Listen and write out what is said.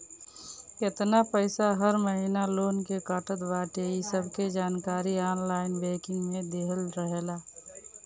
केतना पईसा हर महिना लोन के कटत बाटे इ सबके जानकारी ऑनलाइन बैंकिंग में देहल रहेला